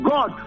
God